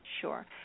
Sure